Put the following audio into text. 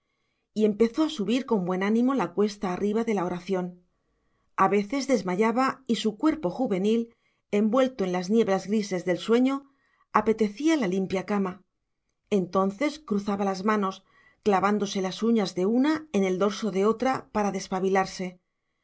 y empezó a subir con buen ánimo la cuesta arriba de la oración a veces desmayaba y su cuerpo juvenil envuelto en las nieblas grises del sueño apetecía la limpia cama entonces cruzaba las manos clavándose las uñas de una en el dorso de otra para despabilarse